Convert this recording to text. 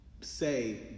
say